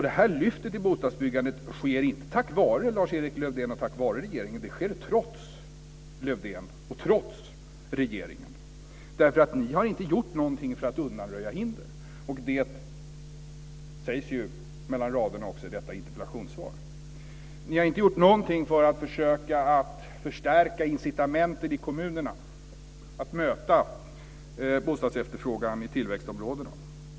Det här lyftet i bostadsbyggandet sker inte tack vare Lars-Erik Lövdén och tack vare regeringen. Det sker trots Lövdén och trots regeringen. För ni har inte gjort någonting för att undanröja hinder. Det sägs ju mellan raderna också i detta interpellationssvar. Ni har inte gjort någonting för att försöka förstärka incitamenten i kommunerna att möta bostadsefterfrågan i tillväxtområdena.